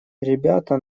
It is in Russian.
ребята